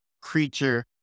creature